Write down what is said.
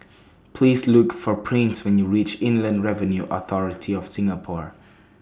Please Look For Prince when YOU REACH Inland Revenue Authority of Singapore